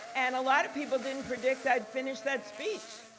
and a lot of people didn't predict i would finish that speech